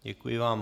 Děkuji vám.